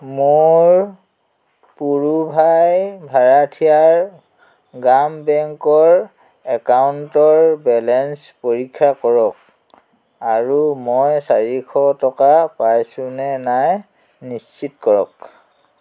মোৰ পুড়ুভাই ভাৰাঠিয়াৰ গ্ৰাম বেংকৰ একাউণ্টৰ বেলেঞ্চ পৰীক্ষা কৰক আৰু মই চাৰিশ টকা পাইছোঁ নে নাই নিশ্চিত কৰক